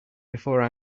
before